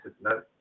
no